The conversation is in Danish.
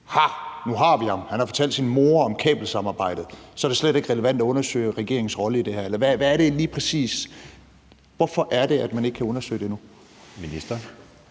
Ha! Nu har vi ham; han har fortalt sin mor om kabelsamarbejdet – så er det slet ikke relevant at undersøge regeringens rolle i det her? Hvorfor er det, at man ikke kan undersøge det nu? Kl.